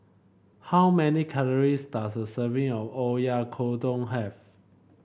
how many calories does a serving of Oyakodon have